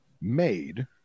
made